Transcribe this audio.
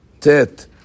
Tet